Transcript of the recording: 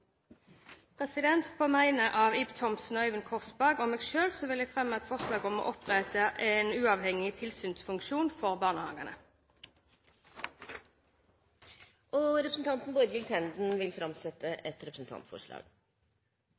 På vegne av Ib Thomsen, Øyvind Korsberg og meg selv vil jeg framsette et forslag om å opprette en uavhengig tilsynsfunksjon for barnehagene. Representanten Borghild Tenden vil framsette et representantforslag.